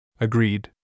Agreed